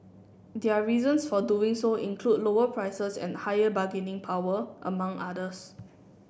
their reasons for doing so include lower prices and higher bargaining power among others